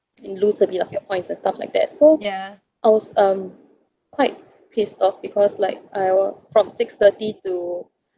you lose a bit of your points and stuff like that so I was um quite pissed off because like I wa~ from six thirty to